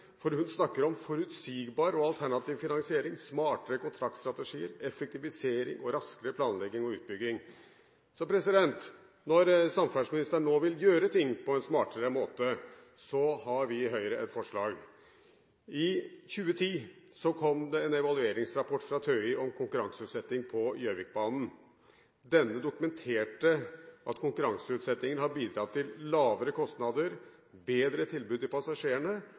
for hun snakker om forutsigbar og alternativ finansiering, smartere kontraktsstrategier, effektivisering og raskere planlegging og utbygging. Når samferdselsministeren nå vil gjøre ting på en smartere måte, har vi i Høyre et forslag. I 2010 kom det en evalueringsrapport fra TØI om konkurranseutsetting på Gjøvikbanen. Denne dokumenterte at konkurranseutsettingen har bidratt til lavere kostnader og bedre tilbud til passasjerene